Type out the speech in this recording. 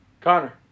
connor